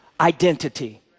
identity